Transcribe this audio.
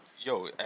Yo